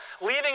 leaving